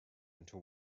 into